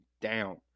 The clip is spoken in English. down